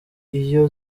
iyo